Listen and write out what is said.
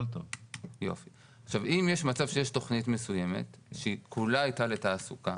אם יש מצב שיש תוכנית מסוימת שהיא כולה הייתה לתעסוקה